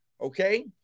Okay